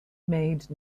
made